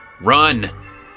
Run